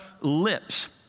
lips